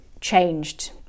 changed